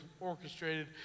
orchestrated